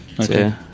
Okay